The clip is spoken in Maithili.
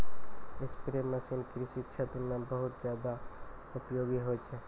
स्प्रे मसीन कृषि क्षेत्र म बहुत जादा उपयोगी होय छै